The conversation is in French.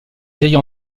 vieille